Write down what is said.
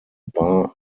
bar